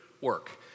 work